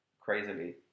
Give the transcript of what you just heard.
crazily